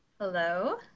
Hello